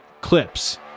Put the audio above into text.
clips